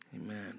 Amen